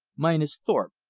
mine is thorpe,